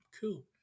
cool